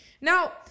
Now